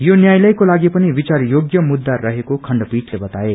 यो न्यायालयको लागि पनि विचार योग्य मुद्दा रहेको खण्डपीठले बताए